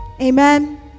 Amen